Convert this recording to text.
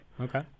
Okay